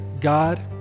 God